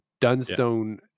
Dunstone